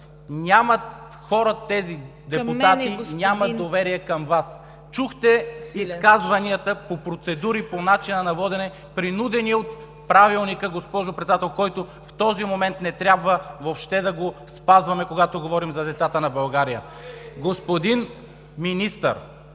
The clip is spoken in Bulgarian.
ГЕОРГИ СВИЛЕНСКИ: …нямат доверие към Вас. Чухте изказванията по процедури по начина на водене, принудени от Правилника, госпожо Председател, който в този момент не трябва въобще да го спазваме, когато говорим за децата на България. Господин Министър,